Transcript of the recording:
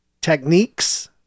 techniques